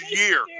year